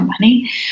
money